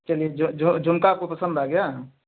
चलिए झुमका आपको पसंद आ गया